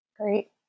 Great